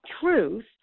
truth